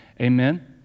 Amen